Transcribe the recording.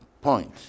point